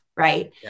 Right